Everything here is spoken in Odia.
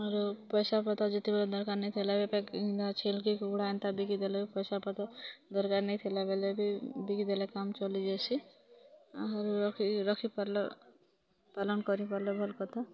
ଆରୁ ପଇସାପତ୍ର ଯେତେବେଲେ ଦରକାର୍ ନାଇ ଥିଲେ ବି ଛେଲ୍ କି କୁକୁଡ଼ା ଏନ୍ତା ବିକି ଦେଲୁଁ ପଇସାପତ୍ର ଦରକାର୍ ନାଇଁ ଥିଲାବେଳେ ବି ବିକି ଦେଲେ କାମ୍ ଚଲି ଯାଏସି ଆଉ ରଖି ରଖି ପାର୍ଲେ ପାଳନ କରି ପାର୍ଲେ ଭଲ୍ କଥା